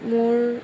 মোৰ